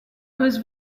whose